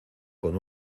con